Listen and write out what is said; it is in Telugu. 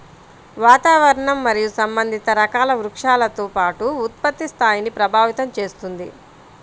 వాతావరణం మరియు సంబంధిత రకాల వృక్షాలతో పాటు ఉత్పత్తి స్థాయిని ప్రభావితం చేస్తుంది